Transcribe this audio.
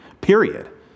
period